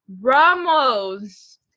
Ramos